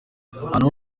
ahantu